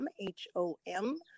H-O-M